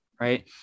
right